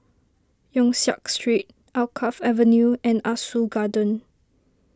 Yong Siak Street Alkaff Avenue and Ah Soo Garden